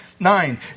Nine